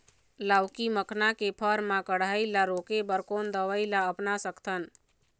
लाउकी मखना के फर मा कढ़ाई ला रोके बर कोन दवई ला अपना सकथन?